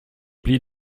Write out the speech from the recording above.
plis